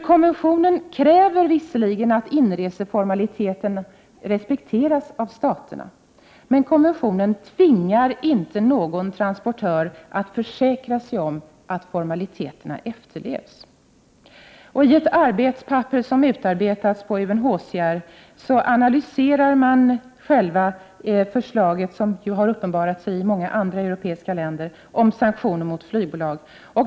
Konventionen kräver visserligen att inreseformaliteterna respekteras av staterna, men konventionen tvingar inte någon transportör att försäkra sig om att formaliteterna efterlevs. I ett arbetspapper som utarbetats på UNHCR analyseras förslaget, som har uppenbarat sig i många andra europeiska länder, om sanktioner mot flygbolag.